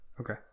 Okay